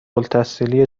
التحصیلی